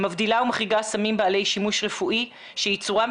מבדילה ומחריגה סמים בעלי שימוש רפואי שייצורם,